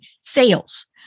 sales